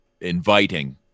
inviting